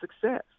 success